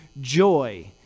joy